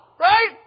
right